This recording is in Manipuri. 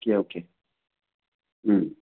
okay okay um